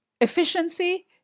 Efficiency